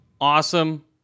Awesome